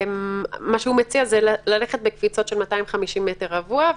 מה שהוא מציע זה ללכת בקפיצות של 250 מטר רבוע,